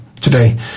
today